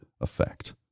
effect